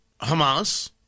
Hamas